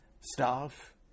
staff